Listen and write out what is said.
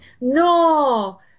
no